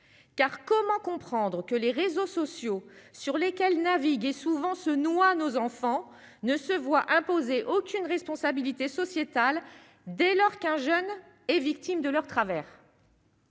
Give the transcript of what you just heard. car comment comprendre que les réseaux sociaux sur lesquels naviguent et souvent se noie, nos enfants ne se voient imposer aucune responsabilité sociétale, dès lors qu'un jeune et victimes de leurs travers.